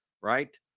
Right